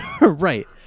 Right